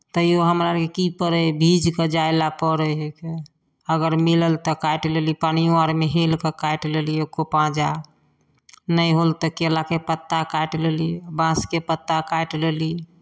तैओ हमरा अरकेँ की पड़ैए भीजि कऽ जाइ लए पड़ै हइ के अगर मिलल तऽ काटि लेली पानिओ आरमे हेलि कऽ काटि लेली एको पाँजा नहि होल तऽ कयलाके पत्ता काटि लेली बाँसके पत्ता काटि लेली